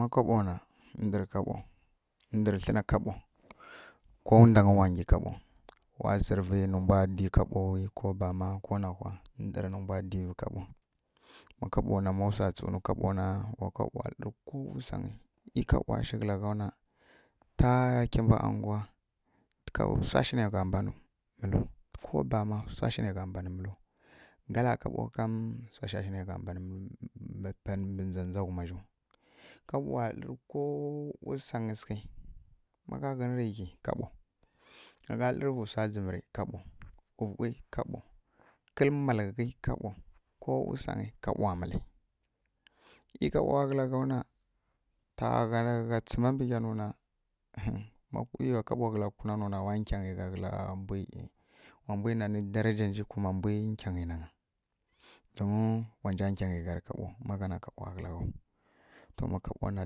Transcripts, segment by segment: Ma kaɓo na ndǝr kaɓo ndǝr tlǝna kaɓo ko wundangyi wa ngyi kaɓo wa tsǝrǝvi nǝ mbwa divǝ kaɓowi ko bama ko nawha ndǝrǝ nǝmbwa divǝ kaɓo ma kaɓo ma wsa tsu nǝ kaɓo na wa kaɓowa lǝ́rǝ kowane wsi e kaɓowa kǝla ghawu na ta nkimbǝ anguwa wsashi ne gha mban mǝlu kun bama wsashi ne gha mbanǝ mǝlu gala kaɓo kam wsa sha shi ne gha bani mǝlu mbǝ ndza dza ghuma zjau kaɓowa lǝ́rǝ nko wusangyǝ sǝghi ma gha ghǝnirǝ́ ghi kaɓo ma gha lǝ́rǝvǝ wsa zǝmi ri kaɓo wvughi kaɓo kǝl alghi kaɓo ko wusangyi kaɓowa mǝli mi nkaɓowa kǝla ghauna ta gha tsǝma mbǝ gyanu na mi wa kaɓo kǝla autanu na wanja kyangyi gha kǝla mbwi wa mbwi nani daraja nji kuma mbwi nkyangyi nangya don wanja kyangyi gha rǝ kaɓo ma ghana ka, bowa kǝla ghau to ma kaɓona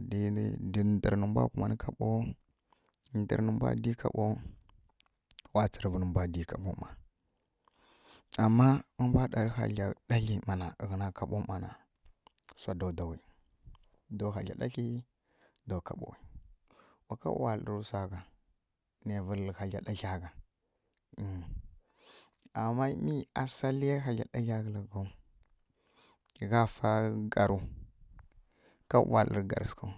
ndǝr nu mbwa kumanǝ kaɓo ndǝr nǝmbwa di kaɓo wa tsirǝvǝ nǝmbwa di kaɓo ˈma ama ma mbwa ɗagli ghǝna kaɓo mana wsa daudawi do hagla ɗagli do kaɓo wa kaɓowa lǝ́rǝ wsa gha ne vǝlǝ hagla ɗatla gha emh, ama mi asqliya hagla ɗatla kǝla ghaw kaɓowa dlǝrǝ ˈgarǝ sǝghǝw.